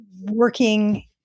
working